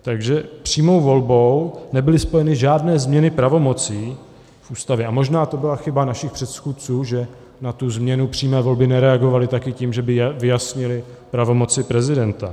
Takže s přímou volbou nebyly spojeny žádné změny pravomocí v Ústavě a možná to byla chyba našich předchůdců, že na tu změnu přímé volby nereagovali také tím, že by se vyjasnili pravomoci prezidenta.